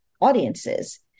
audiences